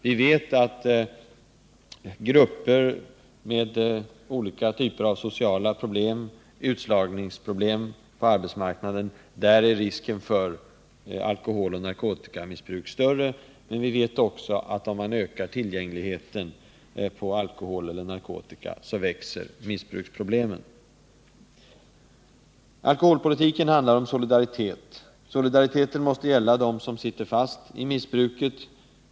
Vi vet att grupper med olika typer av sociala problem, t.ex. utslagning från arbetsmarknaden, löper större risk att hamna i alkoholoch narkotikamissbruk, men vi vet också att om man ökar tillgängligheten på alkohol eller narkotika växer missbruksproblemen. Alkoholpolitiken handlar om solidaritet. Solidariteten måste gälla dem som sitter fast i missbruket.